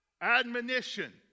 Admonition